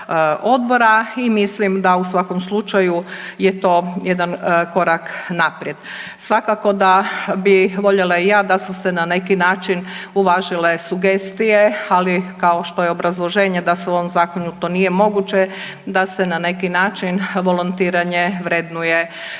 odbora i mislim da u svakom slučaju je to jedan korak naprijed. Svakako da bi voljela i ja da su se na neki način uvažile sugestije, ali kao što je obrazloženje da se u ovom Zakonu to nije moguće da se na neki način volontiranje vrednuje kroz